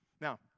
Now